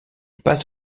pas